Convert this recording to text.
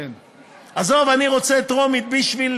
עזוב, אני רוצה טרומית בשביל